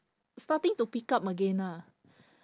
starting to pick up again lah